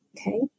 okay